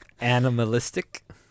animalistic